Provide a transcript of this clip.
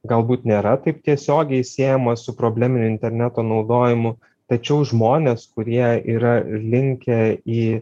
galbūt nėra taip tiesiogiai siejamas su probleminiu interneto naudojimu tačiau žmonės kurie yra linkę į